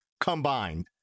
combined